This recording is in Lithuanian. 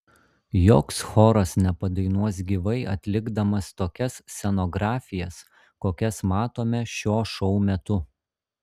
joks choras nepadainuos gyvai atlikdamas tokias scenografijas kokias matome šio šou metu